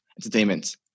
entertainment